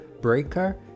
Breaker